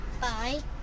Bye